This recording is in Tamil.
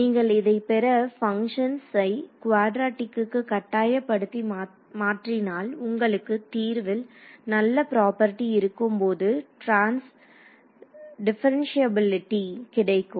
நீங்கள் இதைப் பெற பங்க்ஷன்ஸை குவாட்ரெடிக்கு கட்டாயப்படுத்தி மாற்றினால் உங்களுக்கு தீர்வில் நல்ல பிரொபேர்ட்டி இருக்கும்போது டிப்பரன்சியபுள்ளுடி கிடைக்கும்